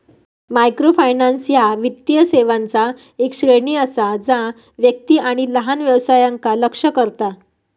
microfinance ह्या वित्तीय सेवांचा येक श्रेणी असा जा व्यक्ती आणि लहान व्यवसायांका लक्ष्य करता